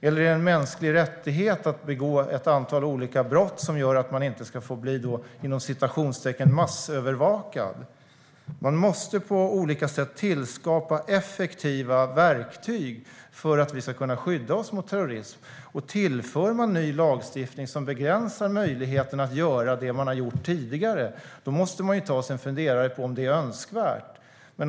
Eller är det en mänsklig rättighet att begå ett antal olika brott som gör att man inte ska få bli så kallat massövervakad? Vi måste på olika sätt skapa effektiva verktyg för att kunna skydda oss mot terrorism. Om ny lagstiftning tillförs, som begränsar möjligheten att göra det man har gjort tidigare, måste vi ta en funderare på om det är önskvärt.